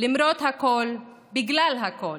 למרות הכול ובגלל הכול,